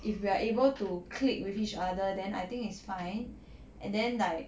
if we are able to click with each other then I think is fine and then like